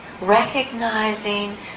recognizing